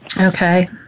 Okay